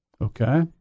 Okay